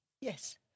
Yes